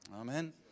Amen